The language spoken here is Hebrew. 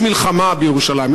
יש מלחמה בירושלים,